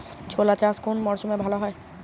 ছোলা চাষ কোন মরশুমে ভালো হয়?